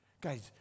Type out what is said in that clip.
Guys